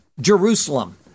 Jerusalem